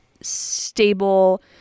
stable